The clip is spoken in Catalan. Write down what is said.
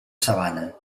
sabana